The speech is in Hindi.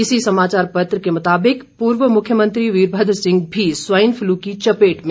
इसी समाचार पत्र के मुताबिक पूर्व मुख्यमंत्री वीरभद्र सिंह भी स्वाइन फ्लू की चपेट में